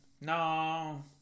No